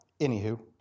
Anywho